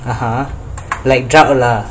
(uh huh) like drought lah